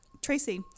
Tracy